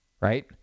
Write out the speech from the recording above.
right